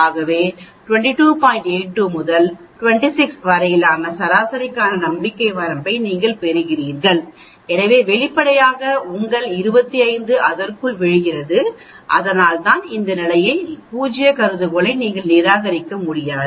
82 முதல் 26 வரையிலான சராசரிக்கான நம்பிக்கை வரம்பை நீங்கள் பெறுகிறீர்கள் எனவே வெளிப்படையாக உங்கள் 25 அதற்குள் விழுகிறது அதனால்தான் இந்த நிலையில் பூஜ்ய கருதுகோளை நீங்கள் நிராகரிக்க முடியாது